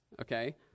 okay